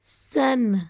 ਸਨ